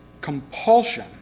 compulsion